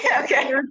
okay